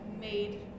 made